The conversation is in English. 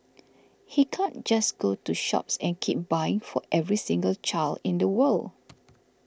he can't just go to shops and keep buying for every single child in the world